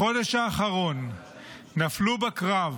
בחודש האחרון נפלו בקרב